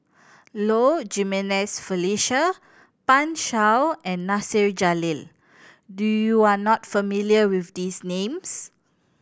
Low Jimenez Felicia Pan Shou and Nasir Jalil do you are not familiar with these names